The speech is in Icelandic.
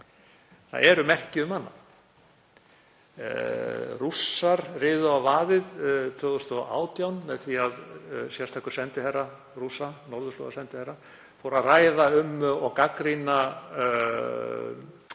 það eru merki um annað. Rússar riðu á vaðið 2018 með því að sérstakur sendiherra Rússa, norðurslóðasendiherra, fór að ræða um og gagnrýna